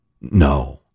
no